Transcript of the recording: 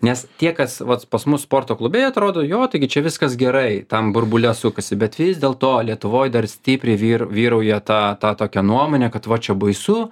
nes tie kas vat pas mus sporto klube jie atrodo jo taigi čia gi viskas gerai tam burbule sukasi bet vis dėlto lietuvoj dar stipriai vyr vyrauja ta ta tokia nuomonė kad va čia baisu